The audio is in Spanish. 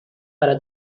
para